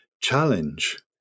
challenge